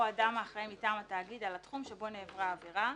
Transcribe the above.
או אדם האחראי מטעם התאגיד על התחום שבו נעברה העבירה."